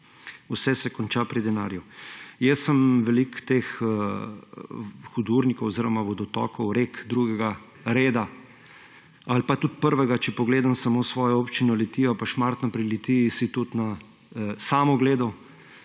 vse se konča pri denarju. Jaz sem veliko teh hudournikov oziroma vodotokov, rek drugega reda ali pa tudi prvega, če pogledam samo svojo občino Litijo, pa Šmartno pri Litiji, si tudi sam ogledal.